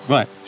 Right